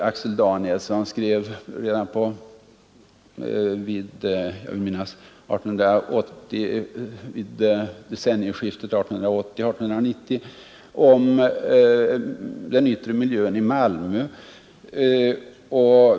Axel Danielsson skrev redan vid decennieskiftet 1890 om den yttre miljön i Malmö.